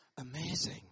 amazing